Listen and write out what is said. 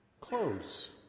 clothes